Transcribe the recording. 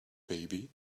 baby